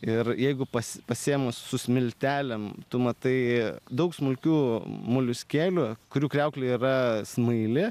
ir jeigu pas pasiėmus su smiltelėm tu matai daug smulkių moliuskėlių kurių kriauklė yra smaili